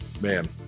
Man